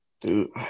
dude